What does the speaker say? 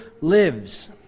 lives